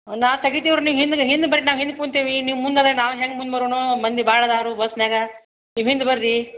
ನಾ ತೆಗಿತಿವ್ರ್ನಿ ನಿ ಹಿಂದಗ ಹಿಂದೆ ಬೆಡ್ನಾಗ ಹಿಂದೆ ಕುಂತೀವಿ ನೀವು ಮುಂದೆ ಅದ ನಾವು ಹೆಂಗೆ ಮುಂದೆ ಬರೋಣ ಮಂದಿ ಭಾಳ ಅದಾರು ಬಸ್ನ್ಯಾಗ ನೀವು ಹಿಂದೆ ಬರ್ರಿ